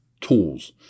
tools